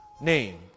name